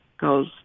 goes